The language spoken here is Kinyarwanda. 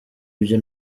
ibyo